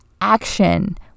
action